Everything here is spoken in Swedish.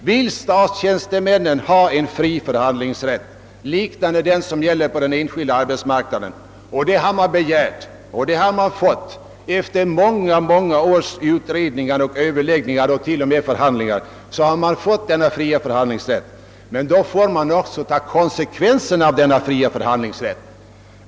Vill statstjänstemännen ha en fri förhandlingsrätt liknande den som gäller för den enskilda arbetsmarknaden — och det har man begärt och fått efter många års utredningar, överläggningar och även förhandlingar — så får man också ta konsekvenserna av denna fria förhandlingsrätt.